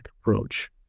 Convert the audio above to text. approach